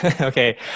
Okay